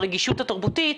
ברגישות התרבותית,